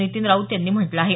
नितीन राऊत यांनी म्हटलं आहे